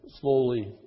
slowly